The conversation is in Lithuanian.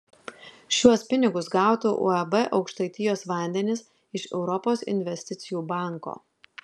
šiuos pinigus gautų uab aukštaitijos vandenys iš europos investicijų banko